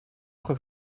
как